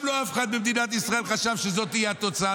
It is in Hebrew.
גם אף אחד במדינת ישראל לא חשב שזו תהיה התוצאה,